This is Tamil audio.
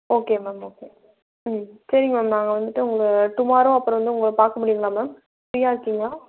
ஓகே மேம் ஓகே ம் சரிங்க மேம் நாங்கள் வந்துட்டு உங்களை டுமாரோ அப்போ வந்து உங்களை பார்க்க முடியும்ங்களா மேம் ஃபிரீயாக இருக்கீங்களா